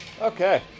Okay